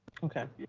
okay,